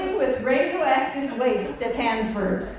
with radioactive waste at hanford.